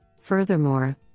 Furthermore